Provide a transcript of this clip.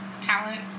talent